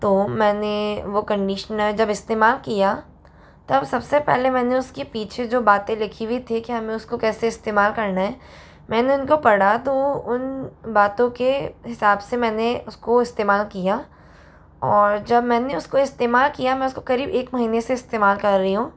तो मैंने वो कंडीशनर जब इस्तेमाल किया तब सबसे पहले मैंने उसके पीछे जो बाते लिखी हुई थी कि हमें उसको कैसे इस्तेमाल करना है मैंने उनको पढ़ा तो उन बातों के हिंसाब से मैंने उसको इस्तेमाल किया और जब मैंने उसको इस्तेमाल किया मैं उसको करीब एक महीने से इस्तेमाल कर रही हूँ